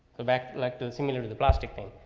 the back like the the similar to the plastic thing.